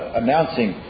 announcing